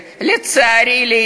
ומה קרה?